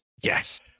Yes